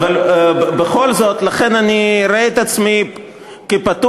בכל זאת, לכן אני אראה את עצמי כפטור.